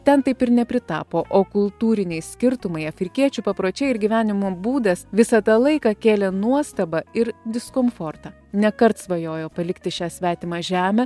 ten taip ir nepritapo o kultūriniai skirtumai afrikiečių papročiai ir gyvenimo būdas visą tą laiką kėlė nuostabą ir diskomfortą nekart svajojo palikti šią svetimą žemę